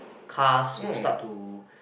cars were start to